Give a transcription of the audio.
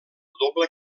doble